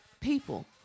people